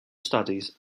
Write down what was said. studies